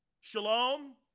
Shalom